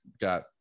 got